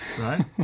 right